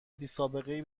بیسابقهای